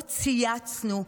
לא צייצנו,